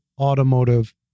automotive